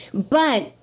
but,